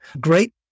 great